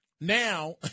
now